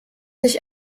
sich